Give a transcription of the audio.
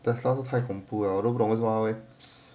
tesla 当时太恐怖了我都不懂为什么他会